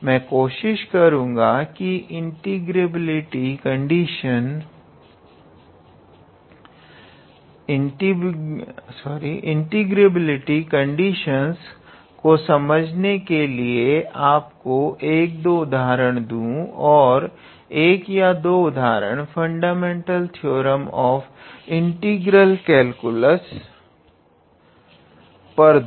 मैं कोशिश करूंगा की इंटीग्रेबिलिटी कंडीशनस को समझने के लिए आपको 2 3 उदाहरण दूं और 1 या 2 उदाहरण fundamental theorem of integral calculus पर दूं